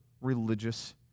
religious